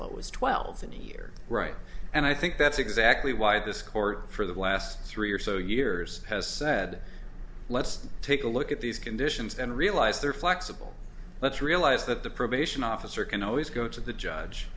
low as twelve and you're right and i think that's exactly why this court for the last three or so years has said let's take a look at these conditions and realize they're flexible let's realize that the probation officer can always go to the judge